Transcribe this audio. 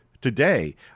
today